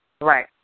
Right